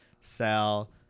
sell